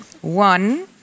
One